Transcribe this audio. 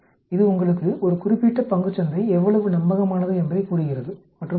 இது உங்களுக்கு ஒரு குறிப்பிட்ட பங்குச் சந்தை எவ்வளவு நம்பகமானது என்பதைக் கூறுகிறது மற்றும் பல